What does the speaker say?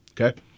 Okay